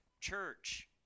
church